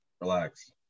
Relax